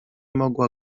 mogła